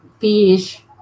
fish